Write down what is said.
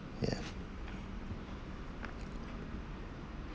yeah